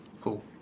Cool